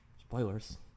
Spoilers